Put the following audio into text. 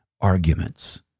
arguments